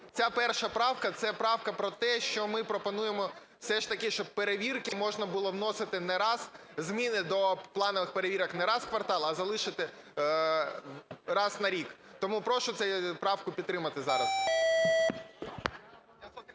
Ця перша правка – це правка про те, що ми пропонуємо, щоб все ж таки, щоб перевірки можна було вносити не раз, зміни до планових перевірок, не раз в квартал, а залишити раз на рік. Тому прошу цю правку підтримати зараз.